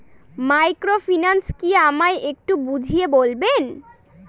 Microfinance কি আমায় একটু বুঝিয়ে বলবেন?